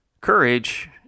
courage